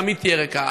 גם היא תהיה ריקה.